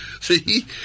See